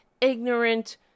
ignorant